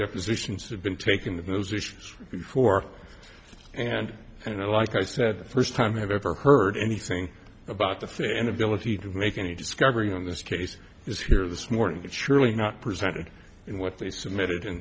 depositions have been taken of those issues before and and like i said the first time i have ever heard anything about the fate inability to make any discovery on this case is here this morning but surely not presented in what they submitted in